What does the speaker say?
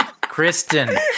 Kristen